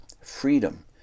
freedom